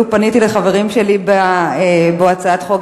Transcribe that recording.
פניתי אפילו לחברים שלי בהצעת החוק,